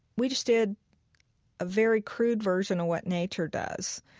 we just did a very crude version of what nature does.